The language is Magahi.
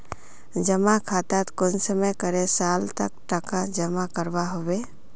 जमा खातात कुंसम करे साल तक टका जमा करवा होबे?